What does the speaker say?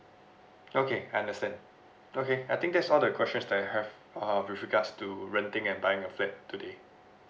okay I understand okay I think that's all the questions that I have uh with regards to renting and buying a flat today